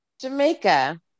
Jamaica